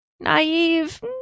Naive